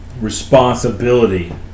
responsibility